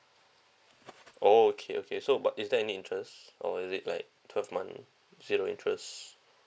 oh okay okay so but is there any interest or is it like twelve month zero interest